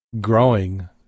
growing